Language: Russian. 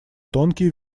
тонкие